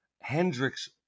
Hendrix